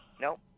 Nope